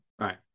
Right